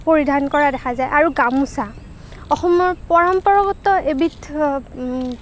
পৰিধান কৰা দেখা যায় আৰু গামোচা অসমৰ পৰম্পৰাগত এবিধ